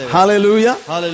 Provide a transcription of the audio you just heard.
hallelujah